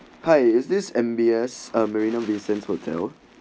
hi is this M_B_S marina bay sands hotel